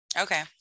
okay